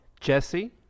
Jesse